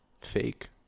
fake